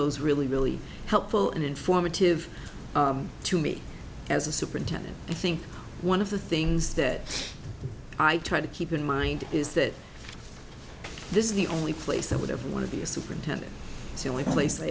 those really really helpful and informative to me as a superintendent i think one of the things that i try to keep in mind is that this is the only place that would ever want to be a superintendent the only place